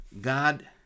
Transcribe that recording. God